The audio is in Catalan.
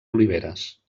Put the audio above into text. oliveres